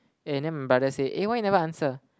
and then my brother say eh why you never answer